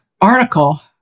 article